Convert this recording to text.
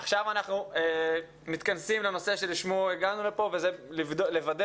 עכשיו אנחנו מתכנסים לנושא שלשמו הגענו לפה שזה לוודא